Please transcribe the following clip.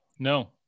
No